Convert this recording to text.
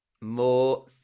More